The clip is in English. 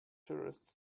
tourists